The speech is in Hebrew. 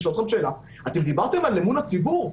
אתם דיברתם על אמון הציבור,